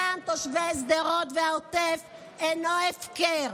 דם תושבי שדרות והעוטף אינו הפקר.